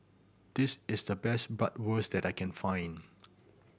this is the best Bratwurst that I can find